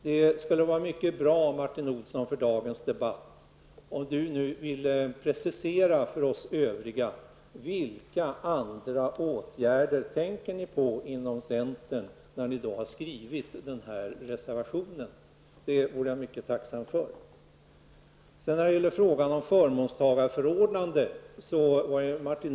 Det skulle vara väldigt bra för dagens debatt om Martin Olsson ville precisera för oss övriga vilka andra åtgärder ni inom centern har tänkt på när ni skrivit denna reservation. Det vore jag mycket tacksam för.